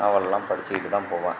நாவல்லாம் படித்துக்கிட்டு தான் போவேன்